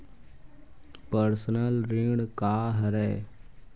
Personal ऋण का हरय?